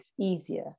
easier